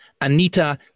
anita